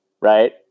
right